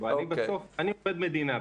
אני עובד מדינה.